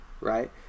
Right